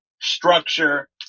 structure